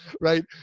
right